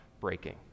breaking